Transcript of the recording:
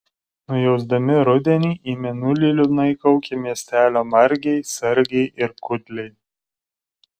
nujausdami rudenį į mėnulį liūdnai kaukė miestelio margiai sargiai ir kudliai